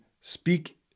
speak